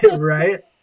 Right